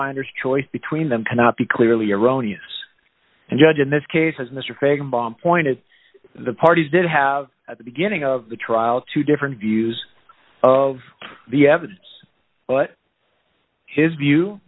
finders choice between them cannot be clearly erroneous and judge in this case as mr fagan bomb pointed the parties did have at the beginning of the trial two different views of the evidence but his view